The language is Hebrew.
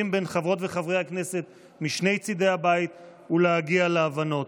בין חברות וחברי הכנסת משני צידי הבית ולהגיע להבנות.